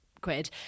quid